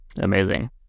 Amazing